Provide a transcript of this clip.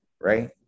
right